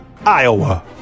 Iowa